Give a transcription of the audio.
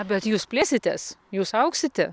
bet jūs plėsitės jūs augsite